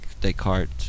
Descartes